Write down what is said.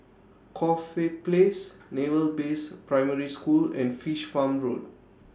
Corfe Place Naval Base Primary School and Fish Farm Road